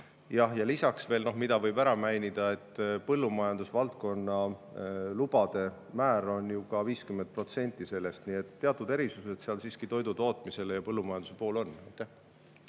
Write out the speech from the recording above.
Lisaks võib ära mainida, et põllumajandusvaldkonna lubade määr on ju ka 50% sellest. Nii et teatud erisused siiski toidu tootmisel ja põllumajandusel on.